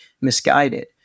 misguided